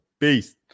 beast